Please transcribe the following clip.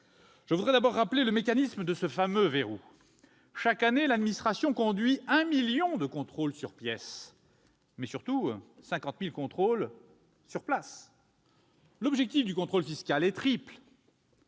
Je voudrais d'abord revenir sur le mécanisme de ce fameux verrou. Chaque année, l'administration conduit 1 million de contrôles sur pièces, mais surtout 50 000 contrôles fiscaux sur place. L'objectif du contrôle fiscal est triple